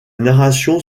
narration